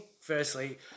firstly